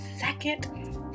second